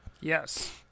Yes